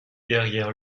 derrière